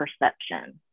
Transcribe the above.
perception